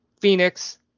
Phoenix